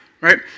right